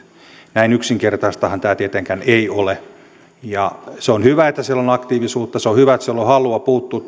näin yksinkertaistahan tämä tietenkään ei ole se on hyvä että siellä on aktiivisuutta ja se on hyvä että siellä on halua puuttua